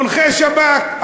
מונחה-שב"כ,